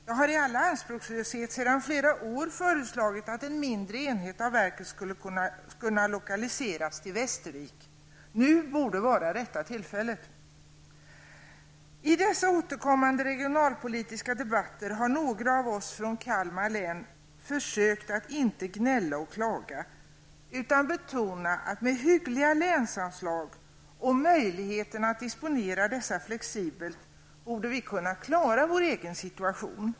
Jag har i all anspråkslöshet sedan flera år föreslagit att en mindre enhet av verket skulle kunna lokaliseras till Västervik. Nu borde det rätta tillfället ha kommit. I dessa återkommande regionalpolitiska debatter har några av oss från Kalmar län försökt att inte gnälla och klaga, utan i stället betonat att med hyggliga länsanslag och möjligheterna att disponera dessa flexibelt borde vi kunna klara vår egen situation.